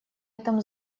этом